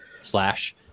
slash